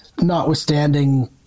notwithstanding